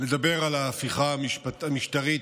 לדבר על ההפיכה המשטרית.